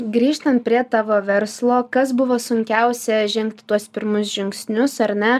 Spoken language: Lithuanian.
grįžtant prie tavo verslo kas buvo sunkiausia žengti tuos pirmus žingsnius ar ne